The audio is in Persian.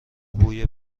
بوی